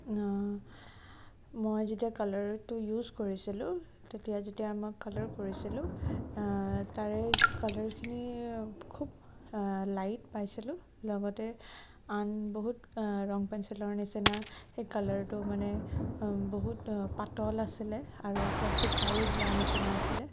মই যেতিয়া কালাৰটো ইউজ কৰিছিলোঁ তেতিয়া যেতিয়া মই কালাৰ কৰিছিলোঁ তাৰে কালাৰখিনি খুব লাইট পাইছিলোঁ লগতে আন বহুত ৰং পেঞ্চিলৰ নিচিনা সেই কালাৰটো মানে বহুত পাতল আছিলে আৰু প্লাছ শুকায়ো যোৱাৰ নিচিনা আছিলে